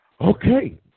Okay